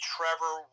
Trevor